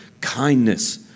kindness